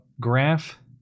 graph